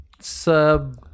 -sub